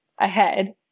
ahead